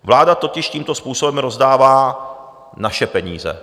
Vláda totiž tímto způsobem rozdává naše peníze.